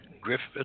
Griffith